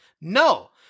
No